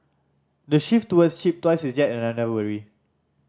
the shift toward cheap toys is yet another worry